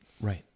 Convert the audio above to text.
Right